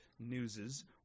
newses